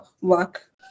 work